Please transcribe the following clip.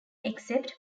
except